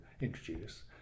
introduce